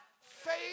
faith